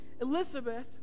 Elizabeth